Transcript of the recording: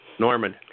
Norman